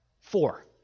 Four